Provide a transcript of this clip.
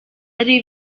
ari